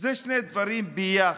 זה שני דברים ביחד,